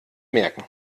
merken